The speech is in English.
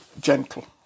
gentle